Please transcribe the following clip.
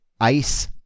Ice